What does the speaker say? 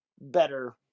better